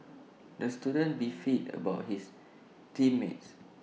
the student beefed about his team mates